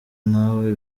nawe